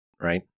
right